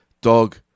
dog